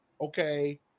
okay